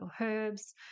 herbs